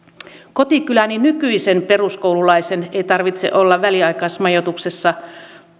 kotikyläni nykyisen peruskoululaisen ei tarvitse olla väliaikaismajoituksessa